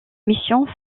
missions